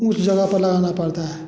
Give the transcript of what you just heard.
ऊँची जगह पर लगाना पड़ता है